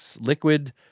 liquid